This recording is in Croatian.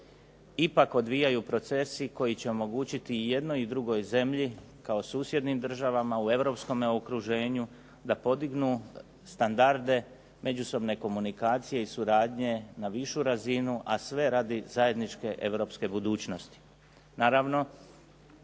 ipak odvijaju procesi koji će omogućiti i jednoj i drugoj zemlji kako susjednim zemljama u Europskom okruženju da podignu standarde međusobne komunikacije i suradnje na višu razinu a sve radi zajedničke europske budućnosti.